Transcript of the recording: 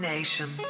Nation